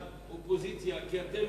אדוני היושב-ראש, כנסת נכבדה,